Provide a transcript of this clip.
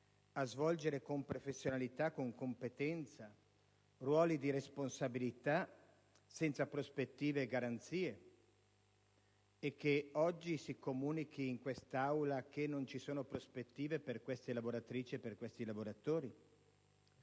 a svolgere con professionalità e competenza ruoli di responsabilità, senza prospettive e garanzie, e che oggi si comunichi in quest'Aula che non ci sono prospettive per queste lavoratrici e per questi lavoratori?